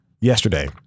yesterday